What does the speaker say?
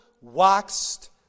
waxed